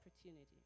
opportunity